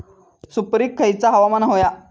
सुपरिक खयचा हवामान होया?